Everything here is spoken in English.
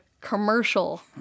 Commercial